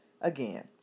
again